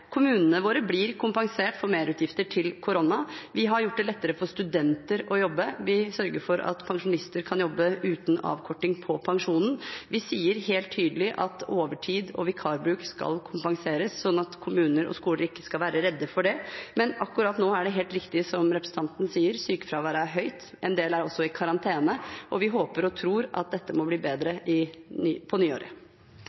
Kommunene våre blir kompensert for merutgifter til korona, vi har gjort det lettere for studenter å jobbe, vi sørger for at pensjonister kan jobbe uten avkorting av pensjonen, og vi sier helt tydelig at overtid og vikarbruk skal kompenseres, slik at kommuner og skoler ikke skal være redde for det. Men akkurat nå er det helt riktig slik, som representanten sier, at sykefraværet er høyt, en del er også i karantene, og vi håper og tror at dette må bli bedre